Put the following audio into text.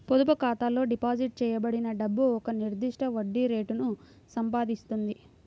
పొదుపు ఖాతాలో డిపాజిట్ చేయబడిన డబ్బు ఒక నిర్దిష్ట వడ్డీ రేటును సంపాదిస్తుంది